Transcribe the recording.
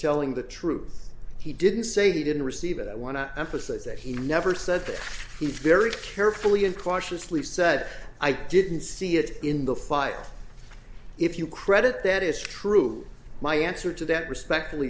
telling the truth he didn't say he didn't receive it i want to emphasize that he never said that he very carefully and cautiously said i didn't see it in the file if you credit that is true my answer to that respectful